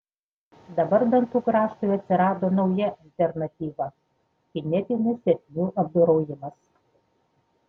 dabar dantų grąžtui atsirado nauja alternatyva kinetinis ertmių apdorojimas